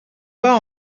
pas